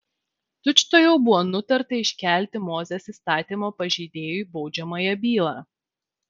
tučtuojau buvo nutarta iškelti mozės įstatymo pažeidėjui baudžiamąją bylą